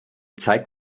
zeigt